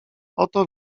oto